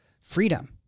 freedom